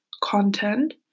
content